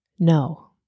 No